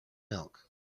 milk